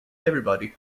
everybody